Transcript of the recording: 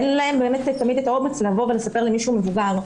ולא תמיד יש להם את האומץ לבוא ולספר למישהו מבוגר.